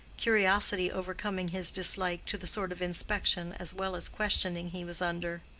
curiosity overcoming his dislike to the sort of inspection as well as questioning he was under.